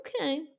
okay